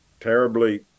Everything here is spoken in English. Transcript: terribly